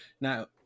Now